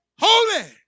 holy